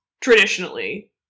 traditionally